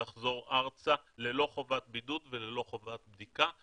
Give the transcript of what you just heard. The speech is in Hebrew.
לחזור ארצה ללא חובת בידוד וללא חובה בדיקה.